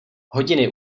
hodiny